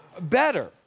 better